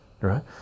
right